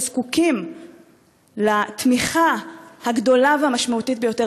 שזקוקים לתמיכה הגדולה והמשמעותית ביותר,